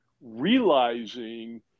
realizing